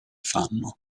fanno